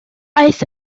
aeth